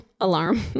alarm